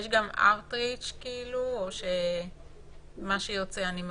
יש גם --- או מה שיוצא אני מרוצה?